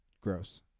Gross